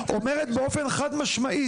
הגברת קולישבסקי אומרת באופן חד משמעי